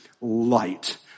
light